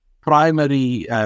primary